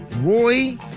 Roy